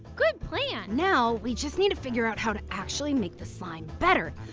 good plan! now, we just need to figure out how to actually make the slime better.